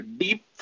deep